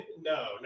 no